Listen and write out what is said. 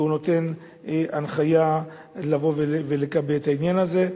נותן הנחיה לבוא ולכבד את העניין הזה.